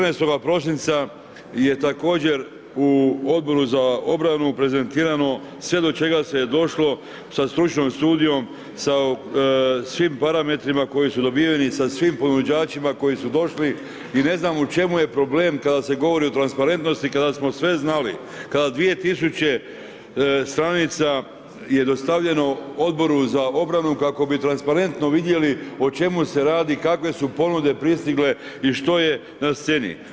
14. prosinca je također u Odboru za obranu prezentirano sve do čega se je došlo sa stručnim studijom, sa svim parametrima koji su dobiveni, sa svim ponuđačima koji su došli i ne znam u čemu je problem kada se govori o transparentnosti, kada smo sve znali, kada 2000 stranica je dostavljeno Odboru za obranu, ako bi transparentno vidjeli o čemu se radi, kakve su ponude pristigle i što je na sceni.